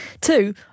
Two